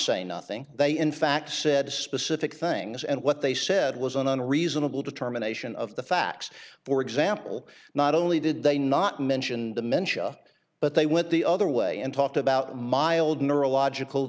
say nothing they in fact said specific things and what they said was an on a reasonable determination of the facts for example not only did they not mention dimentia but they went the other way and talked about mild neurological